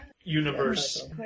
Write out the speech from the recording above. universe